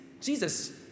Jesus